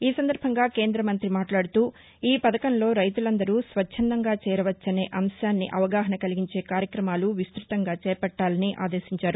ఈసందర్బంగా కేంద్ర మంతి మాట్లాడుతూ ఈ పథకంలో రైతులందరూ స్వచ్చందంగా చేరవచ్చుననే అంశాన్ని అవగాహన కలిగించే కార్యక్రమాలు విస్తుతంగా చేపట్టాలని ఆదేశించారు